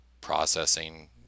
processing